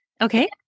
okay